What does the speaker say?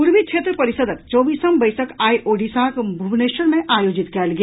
पूर्वी क्षेत्र परिषदक चौबीसम बैसक आइ ओडिशाक भुवनेश्वर मे आयोजित कयल गेल